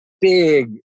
big